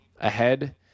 ahead